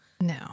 No